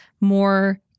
more